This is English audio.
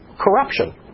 corruption